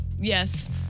yes